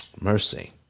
mercy